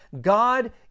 God